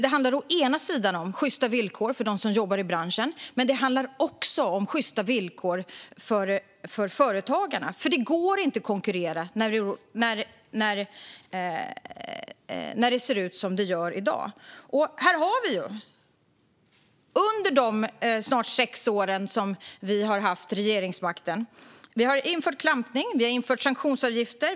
Det handlar å ena sidan om sjysta villkor för dem som jobbar i branschen och å andra sidan om sjysta villkor för företagarna. Det går inte att konkurrera när det ser ut som det gör i dag. Under de snart sex år som vi har haft regeringsmakten har vi infört klampning och sanktionsavgifter.